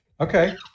Okay